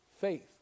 faith